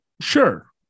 sure